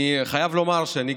אני חייב לומר שאני,